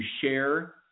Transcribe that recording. share